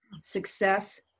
Success